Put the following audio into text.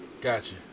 Gotcha